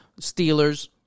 Steelers